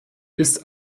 ist